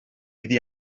iddi